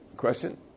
Question